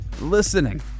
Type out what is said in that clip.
listening